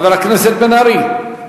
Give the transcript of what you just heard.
חבר הכנסת מיכאל בן-ארי.